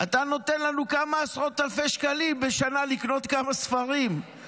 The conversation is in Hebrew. אתה נותן לנו כמה עשרות אלפי שקלים בשנה לקנות כמה ספרים,